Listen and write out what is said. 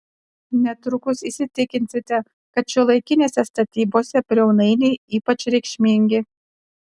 netrukus įsitikinsite kad šiuolaikinėse statybose briaunainiai ypač reikšmingi